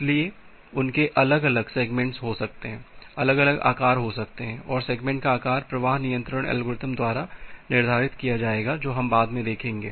इसलिए उनके अलग अलग सेगमेंट हो सकते हैं अलग अलग आकार हो सकते हैं और सेगमेंट का आकार प्रवाह नियंत्रण एल्गोरिदम द्वारा निर्धारित किया जाएगा जो हम बाद में देखेंगे